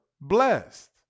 blessed